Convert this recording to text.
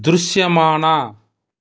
దృశ్యమాన